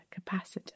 capacitor